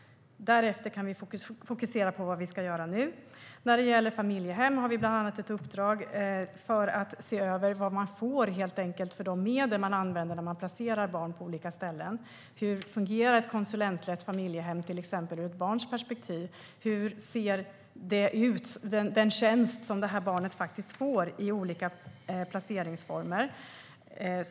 Därefter kan vi fokusera på vad vi ska göra nu. När det gäller familjehem har vi bland annat ett uppdrag att se över vad man helt enkelt får för de medel man använder när man placerar barn på olika ställen. Hur fungerar ett konsulentlett familjehem, till exempel, ur ett barns perspektiv? Hur ser den tjänst ut som barnet faktiskt får i olika placeringsformer?